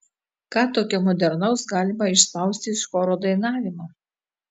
ką tokio modernaus galima išspausti iš choro dainavimo